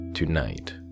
tonight